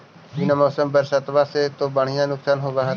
बिन मौसम बरसतबा से तो बढ़िया नुक्सान होब होतै?